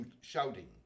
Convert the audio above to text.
shouting